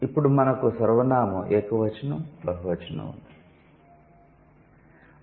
ఇప్పుడు మనకు సర్వనామం ఏకవచనం బహువచనం ఉంది